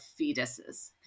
fetuses